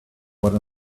what